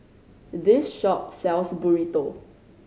this shop sells Burrito